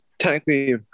Technically